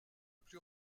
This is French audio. plus